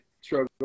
struggle